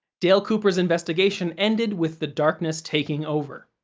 dale cooper's investigation ended with the darkness taking over.